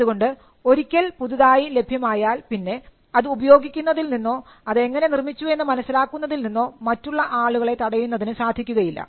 അതുകൊണ്ട് ഒരിക്കൽ പുതുതായി ലഭ്യമായാൽ പിന്നെ അത് ഉപയോഗിക്കുന്നതിൽ നിന്നോ അത് എങ്ങനെ നിർമ്മിച്ചു എന്ന് മനസ്സിലാക്കുന്നതിൽ നിന്നോ മറ്റുള്ള ആളുകളെ തടയുന്നതിന് സാധിക്കുകയില്ല